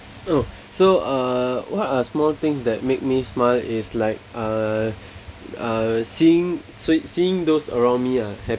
oh so uh what are small things that make me smile is like uh seeing swe~ seeing those around me ah happy